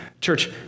Church